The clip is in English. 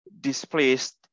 displaced